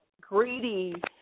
greedy